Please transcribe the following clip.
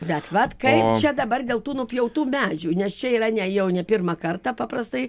bet vat kaip čia dabar dėl tų nupjautų medžių nes čia yra ne jau ne pirmą kartą paprastai